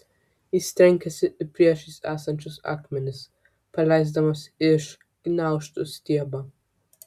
jis trenkėsi į priešais esančius akmenis paleisdamas iš gniaužtų stiebą